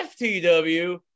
FTW